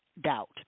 doubt